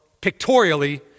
pictorially